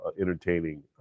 entertaining